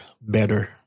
better